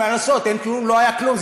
מה לעשות, אין כלום, לא היה כלום.